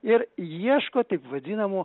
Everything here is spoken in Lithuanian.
ir ieško taip vadinamų